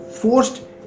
forced